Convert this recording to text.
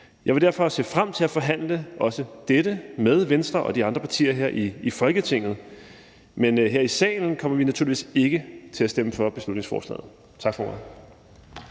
Jeg vil derfor se frem til at forhandle også dette med Venstre og de andre partier her i Folketinget, men her i salen kommer vi naturligvis ikke til at stemme for beslutningsforslaget. Tak for ordet.